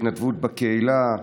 התנדבות בקהילה,